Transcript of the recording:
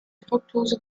fruktose